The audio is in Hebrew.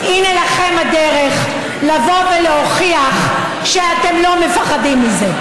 הינה לכם הדרך לבוא ולהוכיח שאתם לא מפחדים מזה.